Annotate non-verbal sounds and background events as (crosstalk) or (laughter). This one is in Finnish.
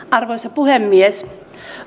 (unintelligible) arvoisa puhemies